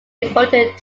devoted